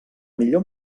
millor